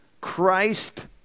Christ